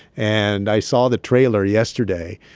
and i saw the trailer yesterday,